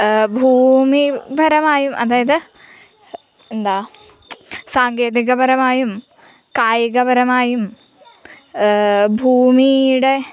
ഭൂമിപരമായും അതായത് എന്താണ് സാങ്കേതികപരമായും കായികപരമായും ഭൂമിയുടെ